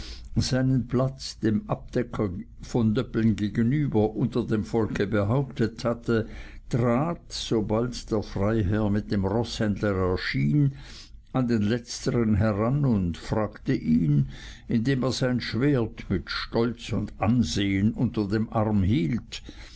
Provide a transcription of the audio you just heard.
seinen platz dem abdecker von döbbeln gegenüber unter dem volke behauptet hatte trat sobald der freiherr mit dem roßhändler erschien an den letzteren heran und fragte ihn indem er sein schwert mit stolz und ansehen unter dem arm hielt